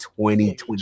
2020